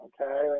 okay